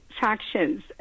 factions